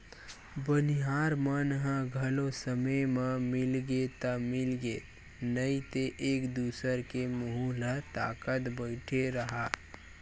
बनिहार मन ह घलो समे म मिलगे ता मिलगे नइ ते एक दूसर के मुहूँ ल ताकत बइठे रहा